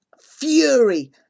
fury